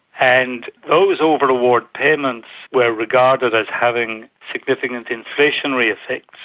and those over-award payments were regarded as having significant inflationary effects.